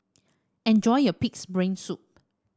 enjoy your pig's brain soup